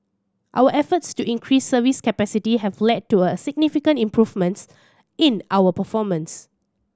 our efforts to increase service capacity have led to a significant improvements in our performance